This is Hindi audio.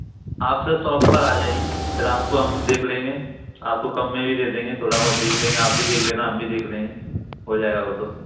आप सर सॉप पर आ जाइए फिर आपको हम देख लेंगे आपको कम में भी दे देंगे थोड़ा बहुत देख लेंगे आप भी देख लेना हम भी देख लेंगे हो जाएगा वो तो